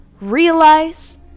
realize